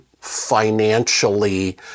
financially